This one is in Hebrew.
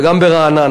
וגם ברעננה.